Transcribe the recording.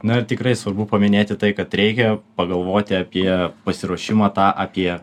na tikrai svarbu paminėti tai kad reikia pagalvoti apie pasiruošimą tą apie